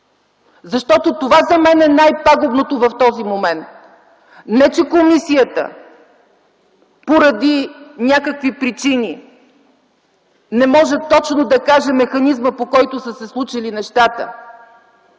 Защото за мен това е най-пагубното в този момент – не че комисията, поради някакви причини не може точно да каже механизма, по който са се случили нещата,